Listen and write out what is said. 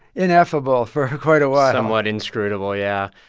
ineffable for quite a while somewhat inscrutable, yeah.